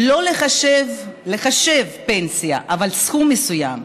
לחשב פנסיה, אבל סכום מסוים.